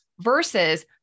versus